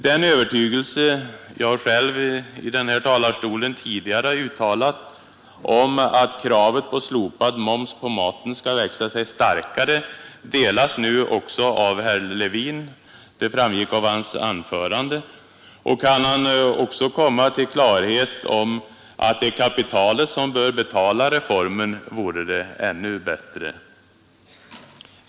Den övertygelse jag själv i den här talarstolen tidigare har uttalat om att kravet på slopad moms på maten skall växa sig starkare delas nu också av herr Levin. Det framgick av hans anförande. Kan han också komma till klarhet om att det är kapitalet som bör betala reformen, vore det ännu bättre.